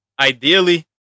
ideally